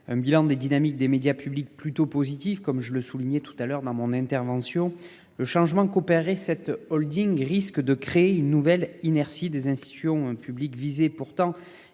un bilan des dynamiques des médias publics plutôt positif comme je le soulignais tout à l'heure dans mon intervention le changement coopérer cette Holding risque de créer une nouvelle inertie des institutions un public visé pourtant